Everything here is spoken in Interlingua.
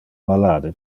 malade